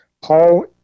Paul